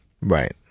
right